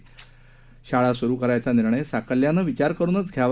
दरम्यान शाळा सुरू करायचा निर्णय साकल्यानं विचार करूनच घ्यावा